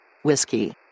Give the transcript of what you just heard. whiskey